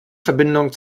verbindung